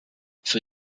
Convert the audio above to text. für